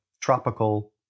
tropical